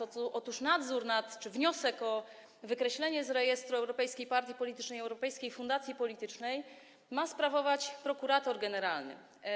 Otóż nadzór w postaci wniosku o wykreślenie z rejestru europejskiej partii politycznej i europejskiej fundacji politycznej ma sprawować prokurator generalny.